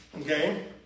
Okay